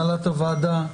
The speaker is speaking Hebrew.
והנהלת הוועדה,